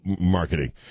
marketing